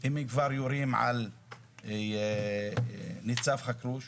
אם הם כבר יורים על ניצב חכרוש,